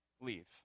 leave